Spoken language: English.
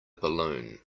balloon